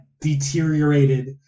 deteriorated